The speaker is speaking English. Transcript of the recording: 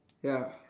ya